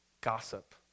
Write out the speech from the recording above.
gossip